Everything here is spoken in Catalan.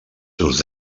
seus